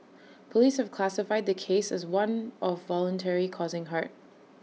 Police have classified the case as one of voluntary causing hurt